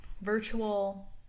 Virtual